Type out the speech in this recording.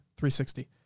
360